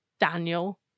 Daniel